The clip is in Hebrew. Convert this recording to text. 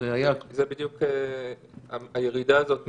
זו, בדיוק, הירידה הזאת מ-174,